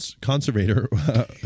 conservator